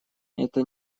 это